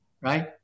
right